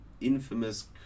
infamous